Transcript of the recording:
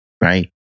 right